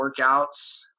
workouts